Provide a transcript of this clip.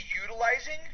utilizing